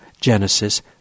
Genesis